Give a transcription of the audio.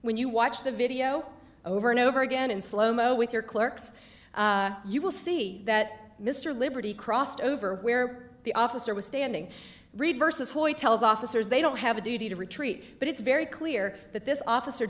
when you watch the video over and over again in slow mo with your clerks you will see that mr liberty crossed over where the officer was standing reverses hoyt tells officers they don't have a duty to retreat but it's very clear that this officer